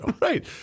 Right